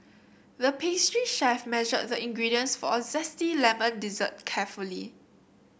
the pastry chef measured the ingredients for a zesty lemon dessert carefully